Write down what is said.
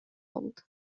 old